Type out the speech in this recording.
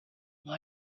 what